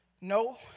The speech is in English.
No